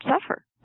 suffer